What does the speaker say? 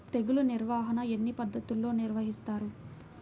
తెగులు నిర్వాహణ ఎన్ని పద్ధతుల్లో నిర్వహిస్తారు?